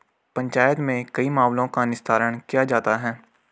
पंचायत में कई मामलों का निस्तारण किया जाता हैं